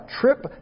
trip